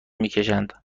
میکشند